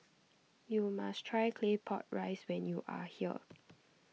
you must try Claypot Rice when you are here